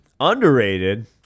Underrated